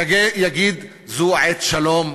יגיד: זו עת שלום,